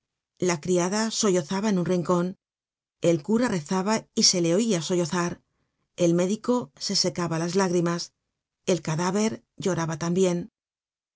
la criada sollozaba en un rincon el cura rezaba y se le oia sollozar el médico se secaba las lágrimas el cadáver lloraba también